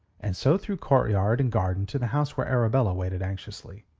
and so through courtyard and garden to the house where arabella waited anxiously.